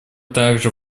также